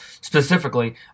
specifically